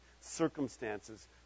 circumstances